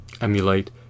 emulate